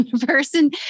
person